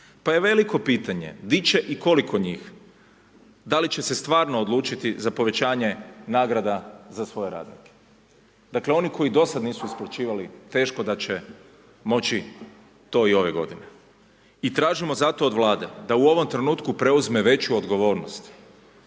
pa je veliko pitanje di će i koliko njih, da li će se stvarno odlučiti za povećanje nagrada za svoje radnike. Dakle, oni koji dosad nisu isplaćivali teško da će moći to i ove godine. I tražimo zato od Vlade da u ovom trenutku preuzme veću odgovornost